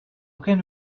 can